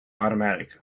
automatic